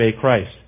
Christ